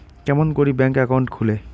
কেমন করি bank account খুলে?